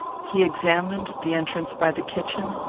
he examined the entrance by the kitchen,